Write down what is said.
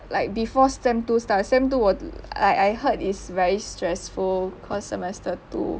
like before sem two start sem two 我 like I heard it's very stressful because semester two